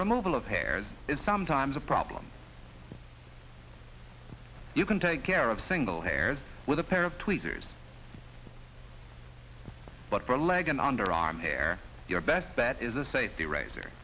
removal of hairs is sometimes a problem you can take care of single hairs with a pair of tweezers but for leg and underarm hair your best bet is a safety razor